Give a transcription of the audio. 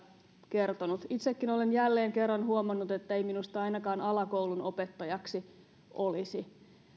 kertonut itsekin olen jälleen kerran huomannut ettei minusta ainakaan alakoulun opettajaksi olisi